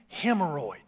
hemorrhoid